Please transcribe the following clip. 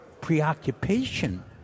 preoccupation